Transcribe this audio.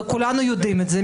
וכולנו יודעים את זה,